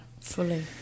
fully